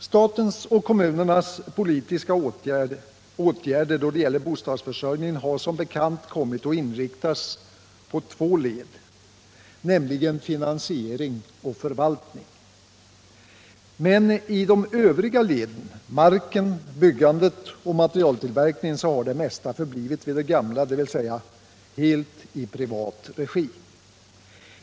Statens och kommunernas politiska åtgärder då det gäller bostadsförsörjningen har som bekant kommit att inriktas på två led, nämligen finansiering och förvaltning. Men i de övriga leden - marken, boendet och materialtillverkningen — har det mesta förblivit vid det gamla, dvs. helt i privat regi.